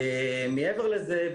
מעבר לזה,